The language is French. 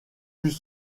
plus